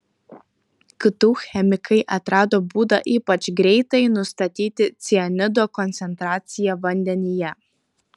ktu chemikai atrado būdą ypač greitai nustatyti cianido koncentraciją vandenyje